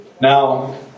Now